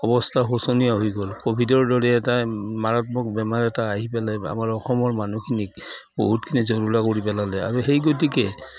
অৱস্থা শোচনীয় হৈ গ'ল ক'ভিডৰ দৰে এটা মাৰাত্মক বেমাৰ এটা আহি পেলাই আমাৰ অসমৰ মানুহখিনিক বহুতখিনি জুৰুলা কৰি পেলালে আৰু সেই গতিকে